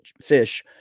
Fish